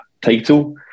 title